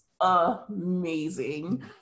amazing